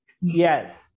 Yes